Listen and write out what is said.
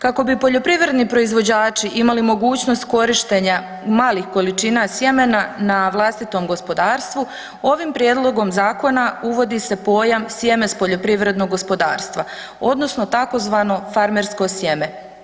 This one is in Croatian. Kako bi poljoprivredni proizvođači imali mogućnost korištenja malih količina sjemena na vlastitom gospodarstvu ovim prijedlogom zakona uvodi se pojam „sjeme s poljoprivrednog gospodarstva“ odnosno tzv. farmersko sjeme.